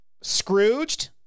Scrooged